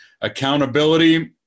accountability